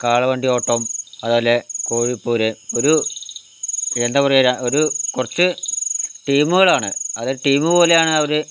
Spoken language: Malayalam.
കാളവണ്ടി ഓട്ടം അതുപോലെ കോഴിപ്പോര് ഒരു എന്താ പറയുക ഒരു കുറച്ച് ടീമുകളാണ് അത് ടീമ് പോലെയാണവര്